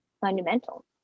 fundamental